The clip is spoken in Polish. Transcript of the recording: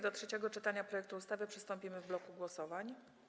Do trzeciego czytania projektu ustawy przystąpimy w bloku głosowań.